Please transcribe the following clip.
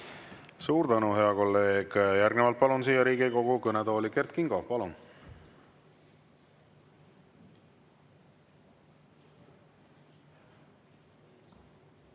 Suur tänu, hea kolleeg! Järgnevalt palun siia Riigikogu kõnetooli Kert Kingo. Palun!